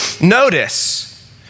Notice